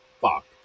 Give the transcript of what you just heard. fuck